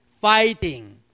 fighting